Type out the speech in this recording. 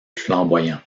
flamboyant